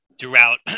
Throughout